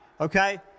okay